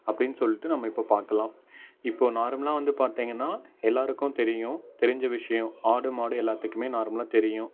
அப்படின் சொல்லிட்டு நம்ம இப்போப் பார்க்கலாம் இப்போ நார்மலாக வந்து பார்த்தீங்கன்னா எல்லாருக்கும் தெரியும் தெரிஞ்ச விஷயம் ஆடு மாடு எல்லாத்துக்குமே நார்மலாக தெரியும்